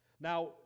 Now